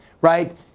right